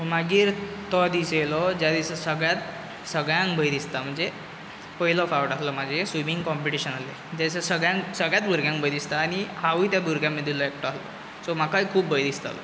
मागीर तो दीस येयलो ज्या दिसा सगळ्यांत सगळ्यांक भंय दिसता म्हणजे पयलो फावट आहलो म्हाजे स्विमींग काँपिटीशन आसलें ज्या दिसा सगळ्यांक सगल्यात भुरग्यांक भंय दिसता आनी हांवूय त्या भुरग्यां मदीलो एकटो आहलो सो म्हाकाय खूब भंय दिसतालो